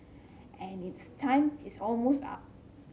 and its time is almost up